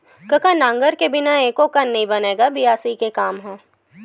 कका नांगर के बिना एको कन नइ बनय गा बियासी के काम ह?